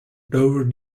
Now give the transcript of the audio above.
dover